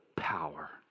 power